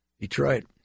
Detroit